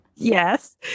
Yes